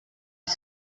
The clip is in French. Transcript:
est